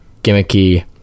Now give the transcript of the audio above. gimmicky